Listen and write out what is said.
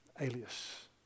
alias